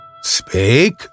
Speak